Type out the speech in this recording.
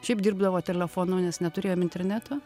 šiaip dirbdavo telefonu nes neturėjom interneto